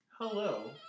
Hello